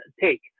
take